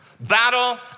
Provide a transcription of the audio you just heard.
Battle